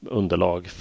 underlag